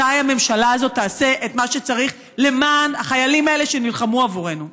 מתי הממשלה הזאת תעשה את מה שצריך למען החיילים האלה שנלחמו עבורנו?